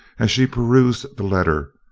as she perused the letter,